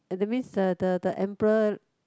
that means the the the emperor